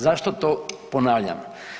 Zašto to ponavljam?